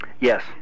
Yes